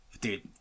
dude